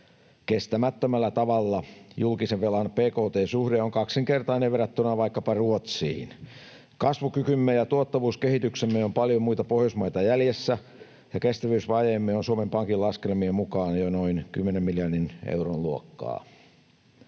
kestämättömällä tavalla. Julkisen velan bkt-suhde on kaksinkertainen verrattuna vaikkapa Ruotsiin. Kasvukykymme ja tuottavuuskehityksemme ovat paljon muita Pohjoismaita jäljessä, ja kestävyysvajeemme on Suomen Pankin laskelmien mukaan jo noin 10 miljardin euron luokkaa.